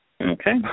Okay